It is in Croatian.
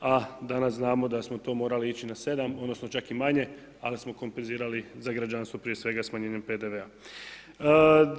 a danas znamo da smo to morali ići na 7 odnosno, čak i na manje ali smo kompenzirali za građanstvo prije svega smanjenjem PDV-a.